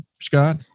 Scott